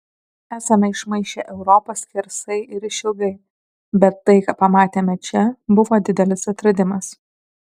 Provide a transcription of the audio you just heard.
esame išmaišę europą skersai ir išilgai bet tai ką pamatėme čia buvo didelis atradimas